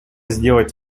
сделать